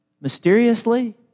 mysteriously